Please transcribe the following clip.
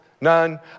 none